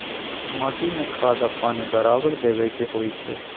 माटी में खाद आ पानी बराबर देबै के होई छै